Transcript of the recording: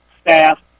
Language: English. staff